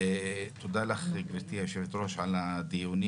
תודה לך גבירתי היושבת ראש על הדיונים